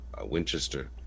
Winchester